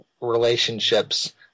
relationships